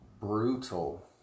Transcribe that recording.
brutal